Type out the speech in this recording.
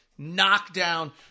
knockdown